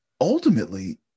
ultimately